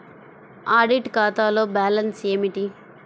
Audit ఖాతాలో balance ఏమిటీ?